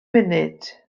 munud